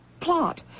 plot